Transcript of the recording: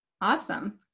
Awesome